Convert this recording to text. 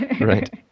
Right